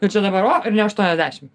ir čia dabar o ir ne aštuoniasdešim